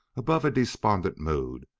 above a despondent mood,